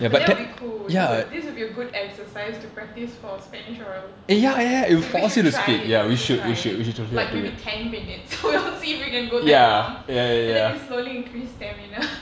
but that will be cool dude this will be a good exercise to practise for spanish oral dude we should try it we should try it like maybe ten minutes so we don't see if we can go that long and then we slowly increase stamina